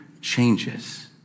changes